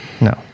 no